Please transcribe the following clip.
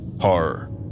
horror